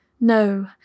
No